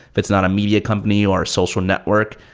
if it's not a media company or a social network,